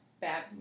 bad